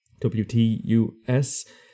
W-T-U-S